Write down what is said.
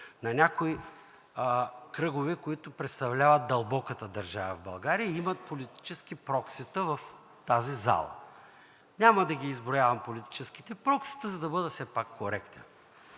на някои кръгове, които представляват дълбоката държава в България и имат политически проксита в тази зала. Няма да изброявам политическите проксита, за да бъда все пак коректен.